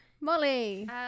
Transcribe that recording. Molly